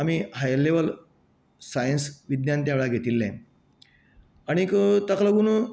आमी higher level science विज्ञान त्या वेळार घेतिल्ले आनीक ताका लागून